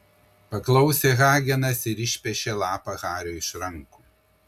paklausė hagenas ir išpešė lapą hariui iš rankų